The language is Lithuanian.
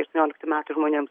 aštuonioliktų metų žmonėm